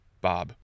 Bob